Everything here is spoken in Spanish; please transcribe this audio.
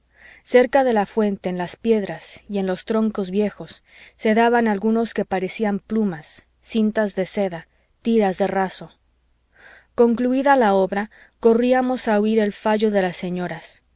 cerca de la fuente en las piedras y en los troncos viejos se daban algunos que parecían plumas cintas de seda tiras de raso concluída la obra corríamos a oir el fallo de las señoras